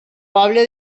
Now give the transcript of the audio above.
poble